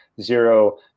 Zero